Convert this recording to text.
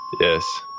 Yes